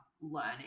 learning